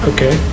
Okay